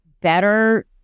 better